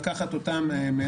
תודה.